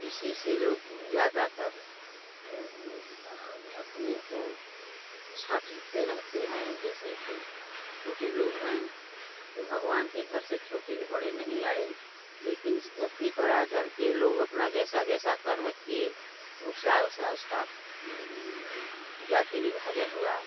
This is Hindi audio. इसी से लोग ज़्यादा तर अपने को छांटते रहते हैं जैसे कि छोटे लोग हैं तो भगवान के घर से छोटे बड़े नहीं आए लेकिन इस धरती पर आकर के लोग अपना जैसा जैसा कर्म किए ऊसा वैसा उसका जाति विभाजन हुआ